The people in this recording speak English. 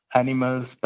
animals